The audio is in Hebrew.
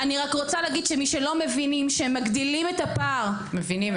אני רוצה להגיד שמי שלא מבינים שהם מגדילים את הפער --- מבינים,